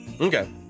Okay